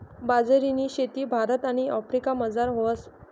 बाजरीनी शेती भारत आणि आफ्रिकामझार व्हस